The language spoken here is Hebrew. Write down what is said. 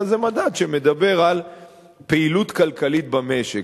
אלא זה מדד שמדבר על פעילות כלכלית במשק.